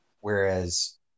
whereas